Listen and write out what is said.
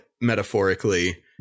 metaphorically